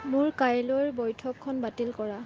মোৰ কাইলৈৰ বৈঠকখন বাতিল কৰা